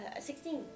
Sixteen